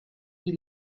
die